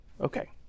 Okay